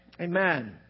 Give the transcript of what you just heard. Amen